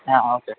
ಹಾಂ ಓಕೆ